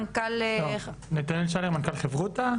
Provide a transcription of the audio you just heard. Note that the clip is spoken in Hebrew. מנכ"ל חברותא.